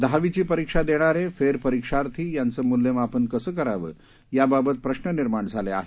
दहावीची परिक्षा देणारे फेरपरिक्षार्थी यांचं मुल्यमापन कसं करावं याबाबत प्रश्न निर्माण झाले आहेत